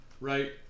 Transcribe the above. right